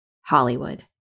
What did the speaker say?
Hollywood